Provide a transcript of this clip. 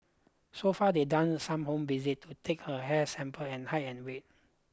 so far they've done some home visits to take her hair sample and height and weight